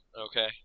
Okay